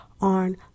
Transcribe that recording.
on